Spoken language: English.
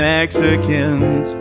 Mexicans